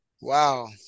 Wow